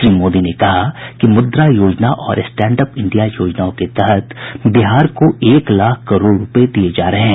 श्री मोदी ने कहा कि मुद्रा योजना और स्टैंडअप इंडिया योजनाओं के तहत बिहार को एक लाख करोड़ रूपये दिये जा रहे हैं